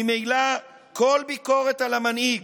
ממילא כל ביקורת על המנהיג,